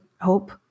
hope